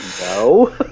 no